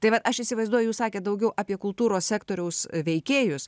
tai va aš įsivaizduoju jūs sakėt daugiau apie kultūros sektoriaus veikėjus